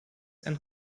and